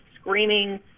screaming